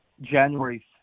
January